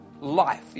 life